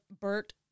Bert